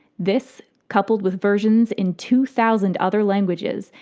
this, coupled with versions in two thousand other languages,